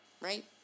right